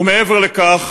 ומעבר לכך,